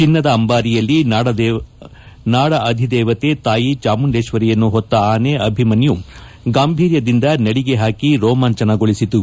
ಚಿನ್ನದ ಅಂಬಾರಿಯಲ್ಲಿ ನಾಡ ಅಧಿದೇವತೆ ತಾಯಿ ಚಾಮುಂಡೇಶ್ವರಿಯನ್ನು ಹೊತ್ತ ಆನೆ ಅಭಿಮನ್ನು ಗಾಂಭೀರ್ಯದಿಂದ ನಡಿಗೆ ಹಾಕಿ ರೋಮಾಂಚನಗೊಳಿಸಿತು